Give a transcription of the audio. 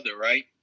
right